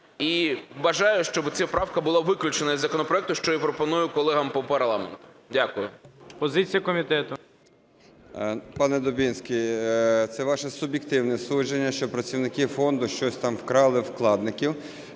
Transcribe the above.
І бажаю, щоб ця правка була виключена із законопроекту, що і пропоную колегам по парламенту. Дякую. ГОЛОВУЮЧИЙ. Позиція комітету. 11:31:25 ІВАНЧУК А.В. Пане Дубінський, це ваше суб'єктивне судження, що працівники фонду щось там вкрали у вкладників.